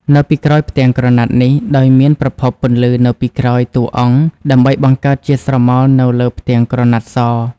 នៅពីក្រោយផ្ទាំងក្រណាត់នេះ ដោយមានប្រភពពន្លឺនៅពីក្រោយតួអង្គដើម្បីបង្កើតជាស្រមោលនៅលើផ្ទាំងក្រណាត់ស។